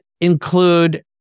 include